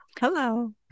Hello